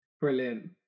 Brilliant